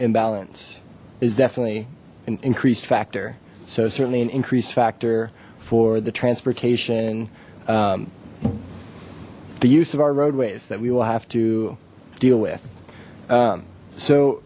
imbalance is definitely an increased factor so certainly an increased factor for the transportation the use of our roadways that we will have to deal with